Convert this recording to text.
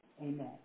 Amen